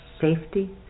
safety